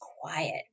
quiet